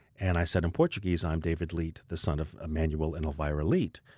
and i said, in portuguese, i'm david leite, the son of emmanuel and elvira leite.